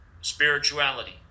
spirituality